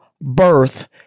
birth